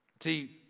See